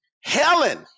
Helen